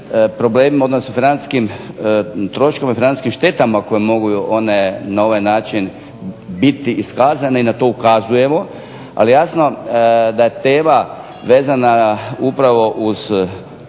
problemima odnosno financijskim štetama koje mogu na ovaj način biti iskazane i na to ukazujemo, ali jasno da tema vezana upravo uz